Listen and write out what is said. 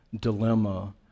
dilemma